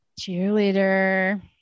Cheerleader